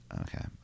Okay